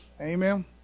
Amen